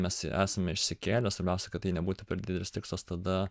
mes esame išsikėlę svarbiausia kad tai nebūtų per didelis tikslas tada